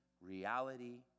reality